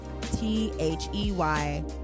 t-h-e-y